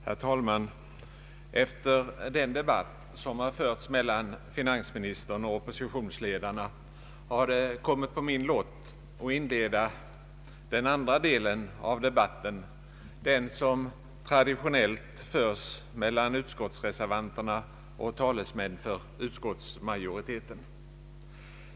Herr talman! Efter den debatt som förts mellan finansministern och oppositionsledarna har det kommit på min lott att inleda den andra delen av debatten, den som traditionellt förs mellan utskottsreservanterna och talesmän för utskottsmajoriteten.